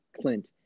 Clint